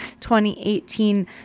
2018